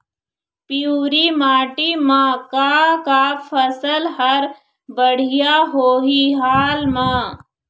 पिवरी माटी म का का फसल हर बढ़िया होही हाल मा?